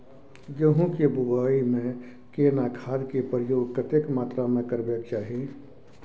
गेहूं के बुआई में केना खाद के प्रयोग कतेक मात्रा में करबैक चाही?